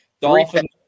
Dolphins